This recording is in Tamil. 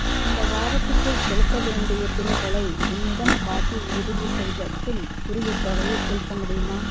இந்த வாரத்துக்குள் செலுத்த வேண்டிய பில்களை என்னிடம் காட்டி உறுதிசெய்த பின் உரிய தொகையை செலுத்த முடியுமா